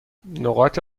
نقاط